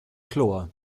chlor